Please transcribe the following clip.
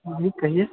हाँ जी कहिए